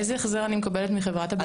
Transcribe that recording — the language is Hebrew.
איזה החזר אני מקבלת מחברת הביטוח?